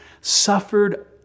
suffered